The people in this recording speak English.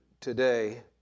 today